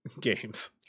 games